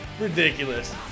Ridiculous